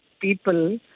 people